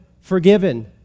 forgiven